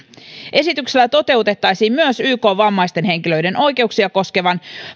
esityksellä toteutettaisiin myös ykn vammaisten henkilöiden oikeuksia koskevan